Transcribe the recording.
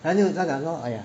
她就讲说 !aiya!